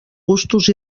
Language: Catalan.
gustos